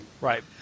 Right